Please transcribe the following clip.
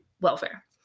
welfare